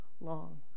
long